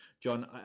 john